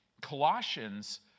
Colossians